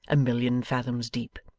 a million fathoms deep.